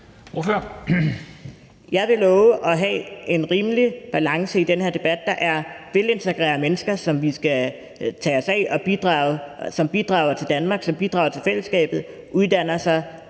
Jeg vil love at have en rimelig balance i den her debat. Der er velintegrerede mennesker, som vi skal tage os af, som bidrager til Danmark, som bidrager